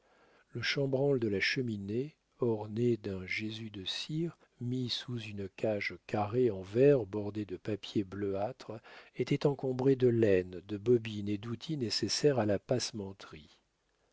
le chambranle de la cheminée orné d'un jésus de cire mis sous une cage carrée en verre bordé de papier bleuâtre était encombré de laines de bobines et d'outils nécessaires à la passementerie